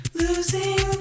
losing